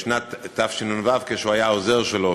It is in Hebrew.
בשנת תשנ"ו, כשהוא היה העוזר שלו